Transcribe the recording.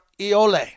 Iole